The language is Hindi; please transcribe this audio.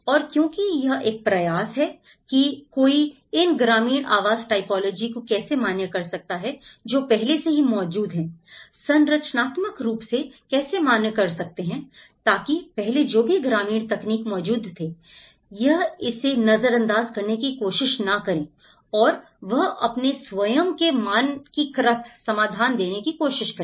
और क्योंकि यह एक प्रयास है कि कोई इन ग्रामीण आवास टाइपोलॉजी को कैसे मान्य कर सकता है जो पहले से ही मौजूद हैं संरचनात्मक रूप से कैसे मान्य कर सकते हैं ताकि पहले जो भी ग्रामीण तकनीक मौजूद थे यह इसे नजरअंदाज करने की कोशिश ना करें और वह अपने स्वयं के मानकीकृत समाधान देने की कोशिश करें